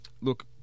Look